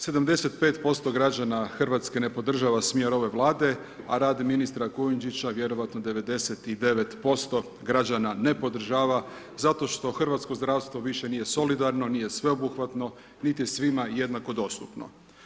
75% građana Hrvatske ne podržava smjer ove Vlade, a rad Ministra Kujundžića vjerojatno 99% građana ne podržava zato što hrvatsko zdravstvo više nije solidarno, nije sveobuhvatno nit je svima jednako dostupno.